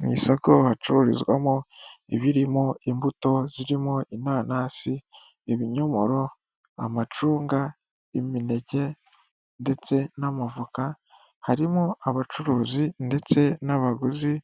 Mu isoko hacururizwamo ibirimo imbuto zirimo inanasi, ibinyomoro, amacunga, imineke ndetse n'amavoka, harimo abacuruzi ndetse n'abaguzi.